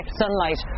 sunlight